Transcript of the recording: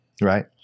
right